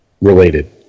related